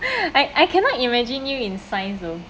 I I cannot imagine you in science though